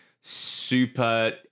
super